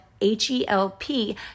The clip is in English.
H-E-L-P